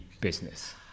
business